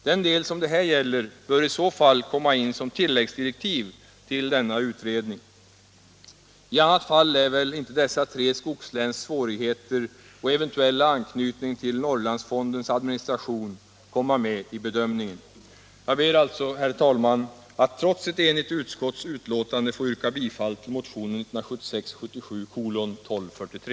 Den del som det här gäller bör i så fall komma in som tilläggsdirektiv till denna utredning. I annat fall lär väl inte dessa tre skogsläns svårigheter och eventuella anknytning till Norrlandsfondens administration komma med i bedömningen. Jag ber alltså, herr talman, att trots ett enigt utskottsbetänkande få yrka bifall till motionen 1976/77:1243.